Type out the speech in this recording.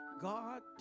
God